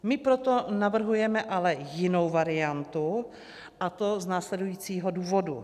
My proto navrhujeme ale jinou variantu, a to z následujícího důvodu.